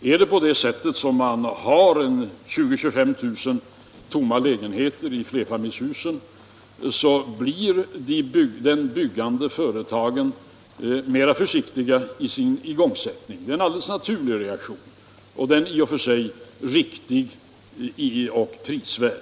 Har man 20 000-25 000 tomma lägenheter i flerfamiljshus blir de byggande företagen mer försiktiga i sin igångsättning. Det är en alldeles naturlig och i och för sig riktig reaktion.